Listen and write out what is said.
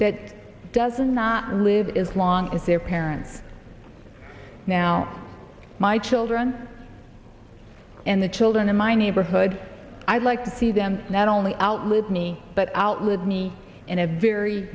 that doesn't not live as long as their parents now my children and the children in my neighborhood i love to see them not only out move me but outlive me and a very